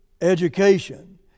education